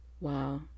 Wow